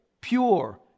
pure